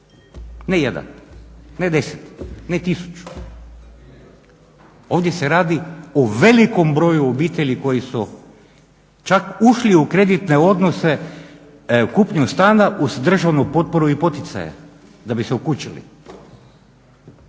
ne 1, ne 10, ne 1000. Ovdje se radi o velikom broju obitelji koje su čak ušli u kreditne odnose kupnjom stana uz državnu potporu i poticaje da bi se ukućili.